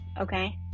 okay